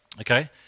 okay